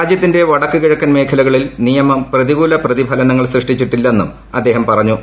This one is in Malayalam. രാജ്യത്തിന്റെ വടക്ക് കിഴക്കൻ ട്രിമേഖലകളിൽ നിയമം പ്രതികൂല പ്രതിഫലനങ്ങൾ സൃഷ്ടിച്ചിട്ടിക്ലെന്നും അദ്ദേഹം പറഞ്ഞു